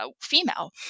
female